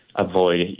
avoid